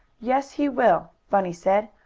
yes, he will, bunny said.